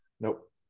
Nope